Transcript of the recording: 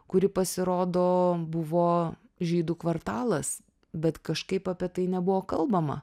kuri pasirodo buvo žydų kvartalas bet kažkaip apie tai nebuvo kalbama